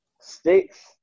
sticks